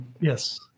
Yes